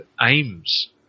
aims